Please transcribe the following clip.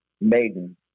maiden